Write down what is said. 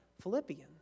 Philippians